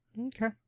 Okay